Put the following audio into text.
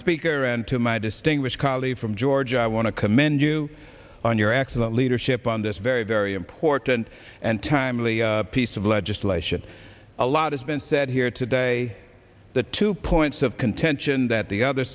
speaker and to my distinguished colleague from george i want to commend you on your excellent leadership on this very very important and timely piece of legislation a lot has been said here today the two points of contention that the other